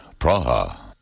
Praha